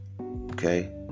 Okay